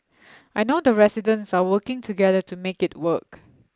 I know the residents are working together to make it work